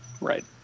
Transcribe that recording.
Right